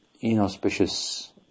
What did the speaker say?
inauspicious